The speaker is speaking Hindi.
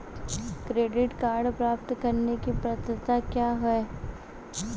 क्रेडिट कार्ड प्राप्त करने की पात्रता क्या है?